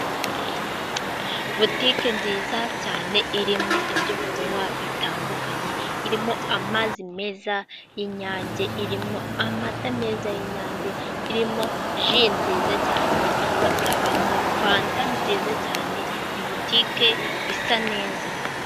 Butike nziza cyane irimo ibyo kunywa bitandukanye: irimo amazi meza y'inyange, irimo amata meza y'inyange, irimo ji nziza cyane, ikabamo fata nziza cyane ni butike isa neza.